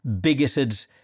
bigoted